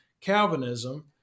Calvinism